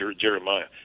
Jeremiah